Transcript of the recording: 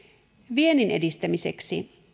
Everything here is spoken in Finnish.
viennin edistämiseksi